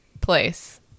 place